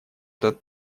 этот